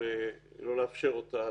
ולא לאפשר אותה.